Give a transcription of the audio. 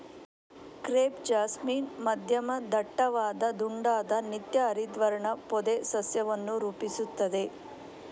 crepe jasmine ಮಧ್ಯಮ ದಟ್ಟವಾದ ದುಂಡಾದ ನಿತ್ಯ ಹರಿದ್ವರ್ಣ ಪೊದೆ ಸಸ್ಯವನ್ನು ರೂಪಿಸುತ್ತದೆ